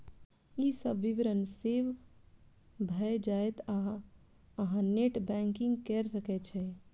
ई सब विवरण सेव भए जायत आ अहां नेट बैंकिंग कैर सकै छी